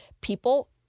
people